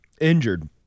injured